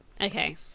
Okay